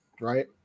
right